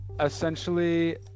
Essentially